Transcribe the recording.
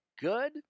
good